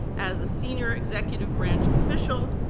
as a senior executive branch official,